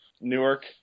Newark